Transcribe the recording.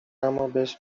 امابهش